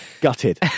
Gutted